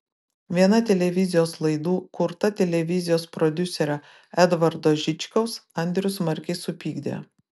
viena televizijos laidų kurta televizijos prodiuserio edvardo žičkaus andrių smarkiai supykdė